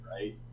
right